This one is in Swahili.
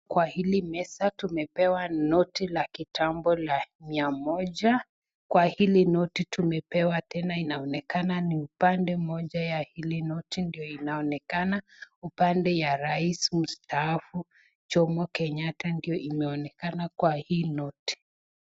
Kwa hili meza tumepewa noti la kitambo la mia Moja, kwa hili noti tumepewa. Tena inaonekana ni upande Moja wa hili noti ndio inaonekana upande wa Rais mstaafu Jomo Kenyatta ndio imeonekana kwa hii noti.